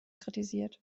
kritisiert